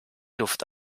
luft